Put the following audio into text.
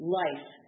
life